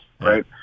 right